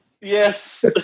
Yes